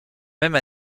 même